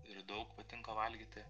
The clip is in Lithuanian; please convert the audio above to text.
ir daug patinka valgyti